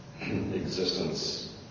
existence